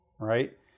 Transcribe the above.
Right